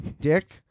Dick